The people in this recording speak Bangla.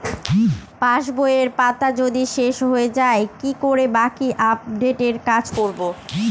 পাসবইয়ের পাতা যদি শেষ হয়ে য়ায় কি করে বাকী আপডেটের কাজ করব?